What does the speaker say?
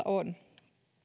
on